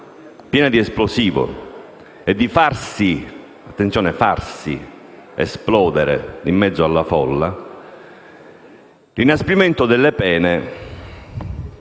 piena di esplosivo e di farsi - attenzione «farsi» - esplodere in mezzo alla folla, l'inasprimento delle pene